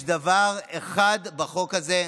יש דבר אחד בחוק הזה,